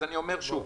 אני אומר שוב.